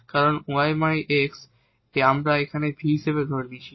কারণ 𝑦𝑥 আমরা এখানে v হিসেবে ধরে নিয়েছি